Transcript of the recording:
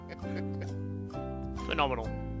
Phenomenal